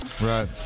right